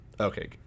Okay